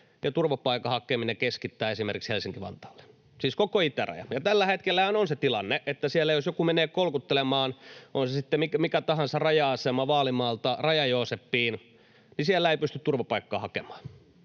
turvapaikan hakeminen keskittää esimerkiksi Helsinki—Vantaalle, siis koko itäraja. Ja tällä hetkellähän on se tilanne, että jos joku siellä menee kolkuttelemaan, on se sitten mikä tahansa raja-asema Vaalimaalta Raja-Jooseppiin, niin siellä ei pysty turvapaikkaa hakemaan.